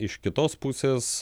iš kitos pusės